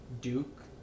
Duke